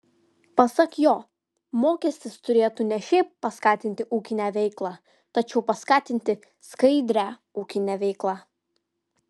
pasak jo mokestis turėtų ne šiaip paskatinti ūkinę veiklą tačiau paskatinti skaidrią ūkinę veiklą